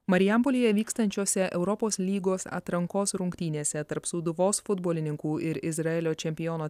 marijampolėje vykstančiose europos lygos atrankos rungtynėse tarp sūduvos futbolininkų ir izraelio čempiono